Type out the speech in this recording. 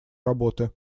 работы